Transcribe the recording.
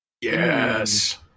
Yes